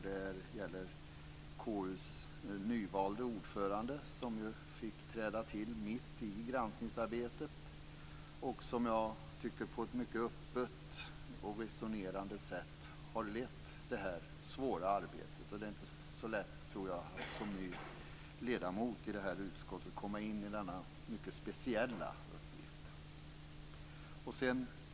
Det gäller KU:s nyvalde ordförande, som ju fick träda till mitt i granskningsarbetet och som, tycker jag, på ett mycket öppet och resonerande sätt har lett det här svåra arbetet. Det är nog inte så lätt att som ny ledamot i konstitutionsutskottet komma in i denna mycket speciella uppgift.